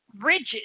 rigid